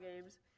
games